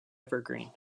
evergreen